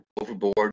overboard